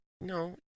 no